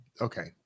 okay